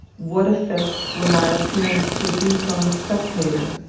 what effects will my appearance produce on the spectator?